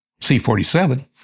C-47